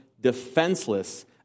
defenseless